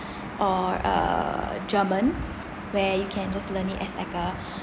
or err german where you can just learn it as like a